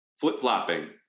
flip-flopping